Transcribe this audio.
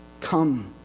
Come